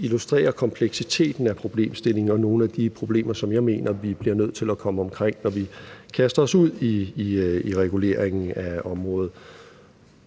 illustrere kompleksiteten af problemstillingen og nogle af de problemer, som jeg mener vi bliver nødt til at komme omkring, når vi kaster os ud i reguleringen af området,